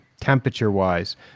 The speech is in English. temperature-wise